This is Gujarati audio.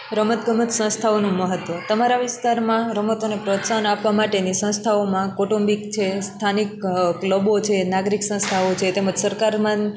રમતગમત સંસ્થાઓનું મહત્ત્વ તમારા વિસ્તારમાં રમતોને પ્રોત્સાહન આપવા માટેની સંસ્થાઓમાં કૌટુંબીક છે સ્થાનિક ક્લબો છે નાગરિક સંસ્થાઓ છે તેમજ સરકારમંદ